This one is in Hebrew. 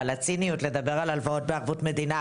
הציניות של לדבר על הלוואות בערבות המדינה,